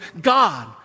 God